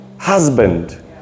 husband